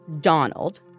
Donald